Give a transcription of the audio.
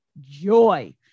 joy